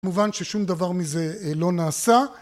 מובן ששום דבר מזה לא נעשה